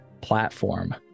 platform